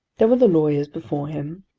there were the lawyers before him,